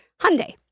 Hyundai